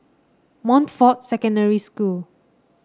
Montfort Secondary School